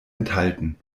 enthalten